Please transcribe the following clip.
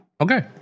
Okay